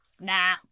Nah